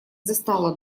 застала